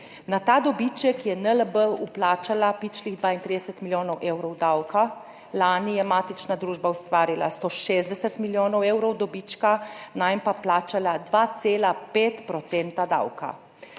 Na ta dobiček je NLB vplačala pičlih 32 milijonov evrov davka. Lani je matična družba ustvarila 160 milijonov evrov dobička, nanj pa plačala 2,5 % davka.